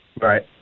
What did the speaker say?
Right